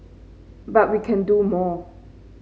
but we can do more